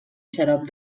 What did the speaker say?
xarop